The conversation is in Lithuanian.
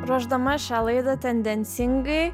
ruošdama šią laidą tendencingai